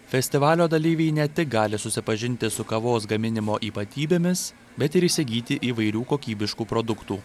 festivalio dalyviai ne tik gali susipažinti su kavos gaminimo ypatybėmis bet ir įsigyti įvairių kokybiškų produktų